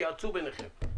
תתייעצו ביניכם.